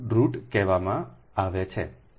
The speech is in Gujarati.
ટ્રેટ કહેવામાં આવે છે